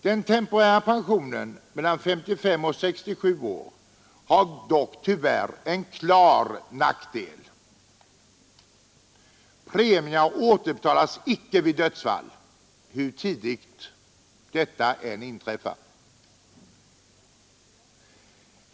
Den temporära pensionen mellan 55 och 67 år har dock tyvärr en klar nackdel: premierna återbetalas icke vid dödsfall, hur tidigt detta än inträffar.